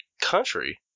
country